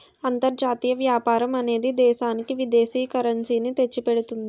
అంతర్జాతీయ వ్యాపారం అనేది దేశానికి విదేశీ కరెన్సీ ని తెచ్చిపెడుతుంది